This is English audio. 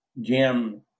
Jim